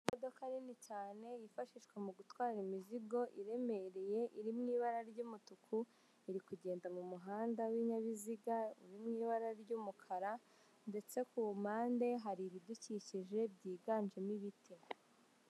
Imodoka Nini cyane yifashishwa mugutwara imizigo iremereye. Iri mu ibara ry'umutuku, iri kugenda mu muhanda w'umukara wibinyabiziga, ndetse kuruhande hari ibindukik ije, higanjemo ibiti.